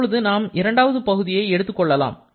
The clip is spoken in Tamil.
இப்போது நாம் இரண்டாவது பகுதியை எடுத்துக் கொள்ளலாம்